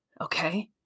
Okay